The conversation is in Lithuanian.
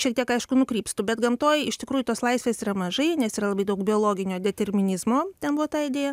šiek tiek aišku nukrypstu bet gamtoj iš tikrųjų tos laisvės yra mažai nes yra labai daug biologinio determinizmo ten buvo ta idėja